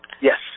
Yes